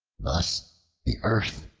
thus the earth,